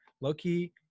low-key